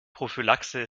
prophylaxe